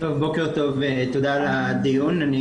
בוקר טוב ותודה על הדיון.